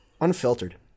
unfiltered